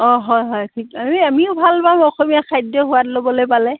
অঁ হয় হয় ঠিক আমি আমিও ভাল পাম অসমীয়া খাদ্য সোৱাদ ল'বলৈ পালে